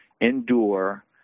endure